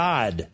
God